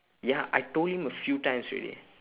ya I told him a few times already